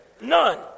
none